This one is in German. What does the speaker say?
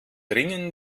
ringen